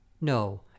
No